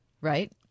Right